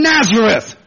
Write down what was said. Nazareth